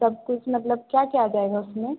सब कुछ मतलब क्या क्या आ जाएगा उसमें